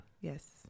Yes